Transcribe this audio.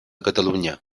catalunya